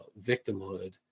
victimhood